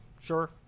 Sure